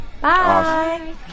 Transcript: Bye